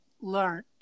learned